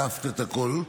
הקפת את הכול,